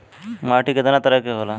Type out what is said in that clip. माटी केतना तरह के होला?